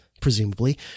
presumably